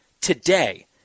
today